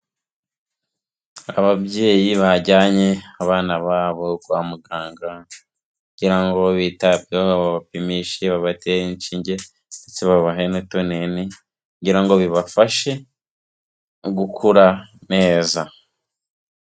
Ababyeyi bajyanye abana babo kwa muganga kugira ngo bitabweho, babapimishe, babatere inshinge ndetse babahe n'utunini kugira ngo bibafashe gukura neza.